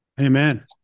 Amen